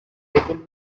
able